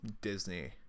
Disney